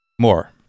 more